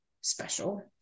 special